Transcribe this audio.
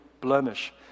blemish